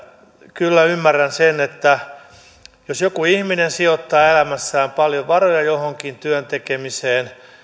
kyllä ymmärrän sen jos joku ihminen sijoittaa elämässään paljon varoja johonkin työn tekemiseen